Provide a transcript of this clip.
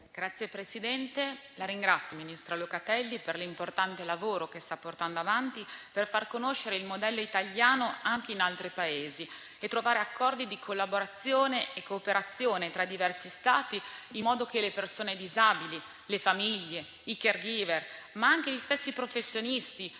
Signor Presidente, ringrazio la ministra Locatelli per l'importante lavoro che sta portando avanti per far conoscere il modello italiano anche in altri Paesi e trovare accordi di collaborazione e cooperazione tra diversi Stati in modo che le persone disabili, le famiglie, i *caregiver*, ma anche gli stessi professionisti